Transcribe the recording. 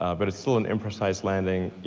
ah but it's still an imprecise landing.